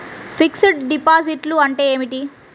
Fixed డిపాజిట్లు అంటే ఏమిటి?